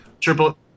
Triple